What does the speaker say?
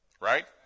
right